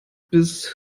bis